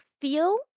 feel